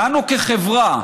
לנו כחברה,